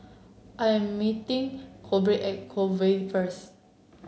I am meeting Corbin at Way first